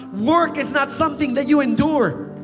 work is not something that you endure.